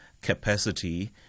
capacity